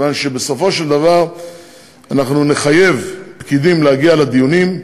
כיוון שבסופו של דבר אנחנו נחייב פקידים להגיע לדיונים,